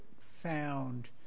found